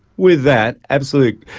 with that, absolute.